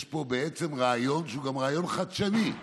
יש פה בעצם רעיון, שהוא גם רעיון חדשני,